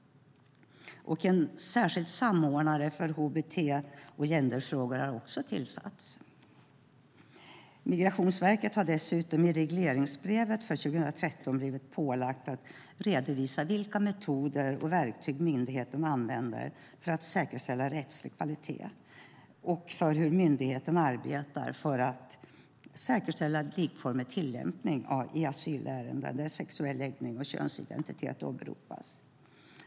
En särskild samordnare för hbtq och genderfrågor har också tillsatts. Migrationsverket har dessutom i regleringsbrevet för 2013 blivit ålagt att redovisa vilka metoder och verktyg myndigheten använder för att säkerställa rättslig kvalitet och hur myndigheten arbetar för att säkerställa likformig tillämpning i asylärenden där sexuell läggning och könsidentitet åberopas.